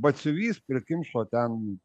batsiuvys prikimšo ten